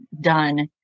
done